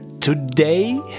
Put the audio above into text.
today